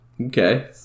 Okay